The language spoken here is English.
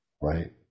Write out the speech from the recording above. right